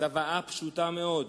צוואה פשוטה מאוד,